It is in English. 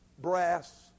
brass